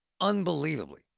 Unbelievably